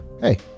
hey